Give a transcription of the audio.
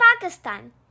Pakistan